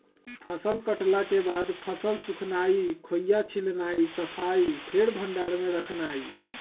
फसल कटला के बाद फसल सुखेनाई, खोइया छिलनाइ, सफाइ, फेर भण्डार में रखनाइ